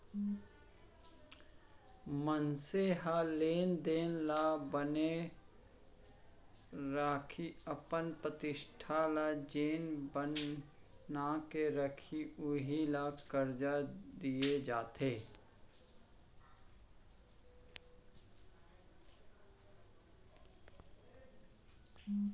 मनसे ह लेन देन ल बने राखही, अपन प्रतिष्ठा ल जेन बना के राखही उही ल करजा दिये जाथे